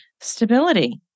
stability